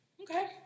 Okay